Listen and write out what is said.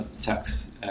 tax